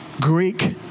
Greek